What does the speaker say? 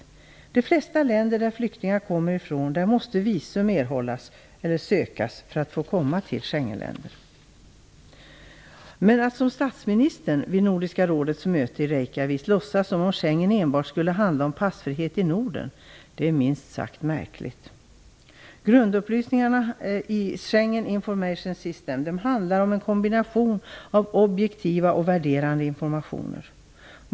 I de flesta länder som flyktingarna kommer ifrån måste man söka visum för att få komma till Schengenländer. Att som statsministern vid Nordiska rådets möte i Reykjavik låtsas som om Schengenavtalet enbart skulle handla om passfrihet i Norden är minst sagt märkligt. Grundupplysningarna i Schengen Information System gäller en kombination av objektiv och värderande information.